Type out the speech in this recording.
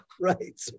Right